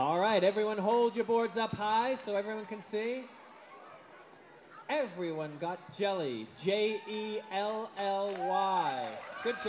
all right everyone hold your boards up high so everyone can see everyone got jelly j l o l y good